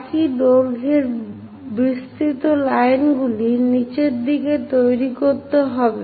একই দৈর্ঘ্যের বিস্তৃত লাইনগুলি নিচের দিকে তৈরি করতে হবে